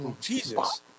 Jesus